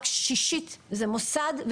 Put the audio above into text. רק שישית זה מוסד.